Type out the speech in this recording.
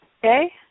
Okay